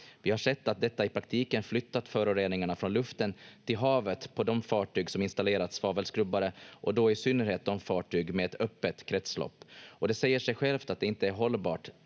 Vi har sett att detta i praktiken flyttat föroreningarna från luften till havet på de fartyg som installerat svavelskrubbare, och då i synnerhet fartyg med ett öppet kretslopp. Det säger sig självt att det inte är hållbart,